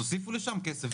תוסיפו לשם כסף,